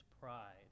pride